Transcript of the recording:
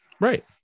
Right